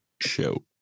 show